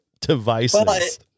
devices